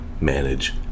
manage